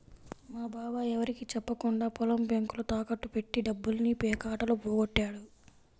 మా బాబాయ్ ఎవరికీ చెప్పకుండా పొలం బ్యేంకులో తాకట్టు బెట్టి డబ్బుల్ని పేకాటలో పోగొట్టాడు